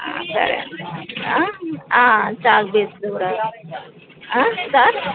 సరే అండి chalk piece కూడా సార్